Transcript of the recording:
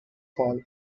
fall